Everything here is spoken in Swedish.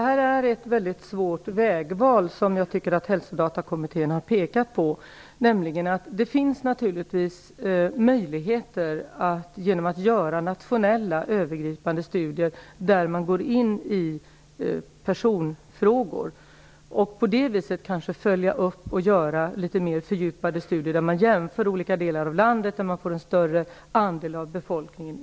Herr talman! Jag tycker att Hälsodatakommittén här har pekat på ett mycket svårt vägval. Det finns naturligtvis möjligheter att göra nationella övergripande studier, som också går in på personfrågor. Man kan göra litet mer fördjupade studier, jämföra olika delar av landet och gå in i en större andel av befolkningen.